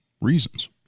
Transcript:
reasons